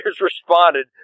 responded